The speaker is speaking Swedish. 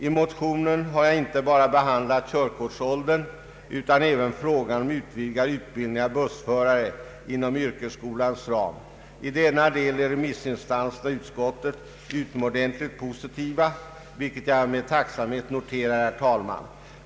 I motionen har jag behandlat inte bara körkortsåldern, utan även frågan om utvidgad utbildning av bussförare inom yrkesskolans ram. I denna del är remissinstanserna och utskottet utomordentligt positiva, vilket jag med tacksamhet noterar, herr talman.